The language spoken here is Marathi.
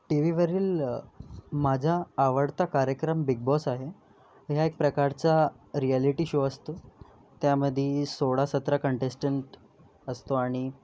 टीव्हीवरील माझा आवडता कार्यक्रम बिग बॉस आहे हा एक प्रकारचा रियालिटी शो असतो त्यामध्ये सोळा सतरा कंटेस्टंट असतो आणि